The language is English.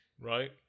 right